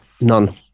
none